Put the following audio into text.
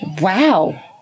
Wow